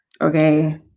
Okay